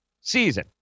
season